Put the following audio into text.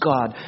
God